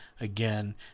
again